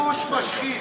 הכיבוש משחית.